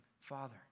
Father